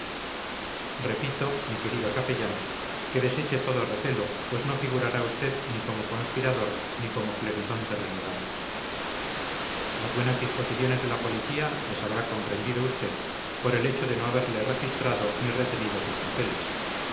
repito mi querido capellán que deseche todo recelo pues no figurará usted ni como conspirador ni como clerizonte renegado las buenas disposiciones de la policía las habrá comprendido usted por el hecho de no haberle registrado ni retenido sus papeles